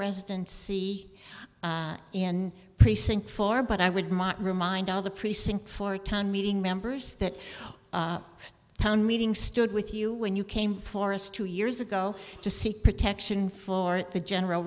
residence see in precinct for but i would might remind all the precinct for town meeting members that town meeting stood with you when you came forest two years ago to seek protection for at the general